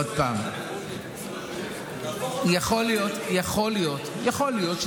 עוד פעם, יכול להיות, יכול להיות.